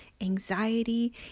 anxiety